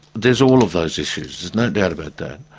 there's all of those issues, there's no doubt about that,